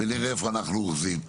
ונראה איפה אנחנו אוחזים.